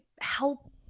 help